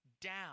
down